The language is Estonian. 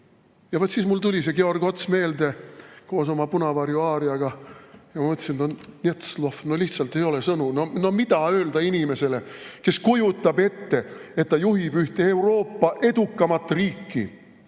Vot siis mul tuli see Georg Ots meelde koos oma Punavarju aariaga ja ma mõtlesin, etnet slov, no lihtsalt ei ole sõnu. No mida öelda inimesele, kes kujutab ette, et ta juhib ühte Euroopa edukamat riiki?